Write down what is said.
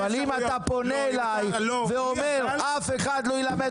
אבל אם אתה פונה אליי ואומר 'אף אחד לא ילמד